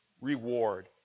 reward